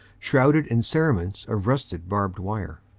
shrouded in cerements of rusted barbed wire.